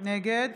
נגד